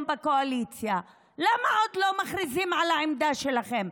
בקואליציה: למה עוד לא מכריזים על העמדה שלכם,